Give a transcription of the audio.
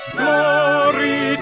glory